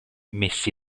messi